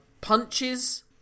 punches